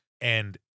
and-